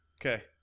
Okay